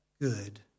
good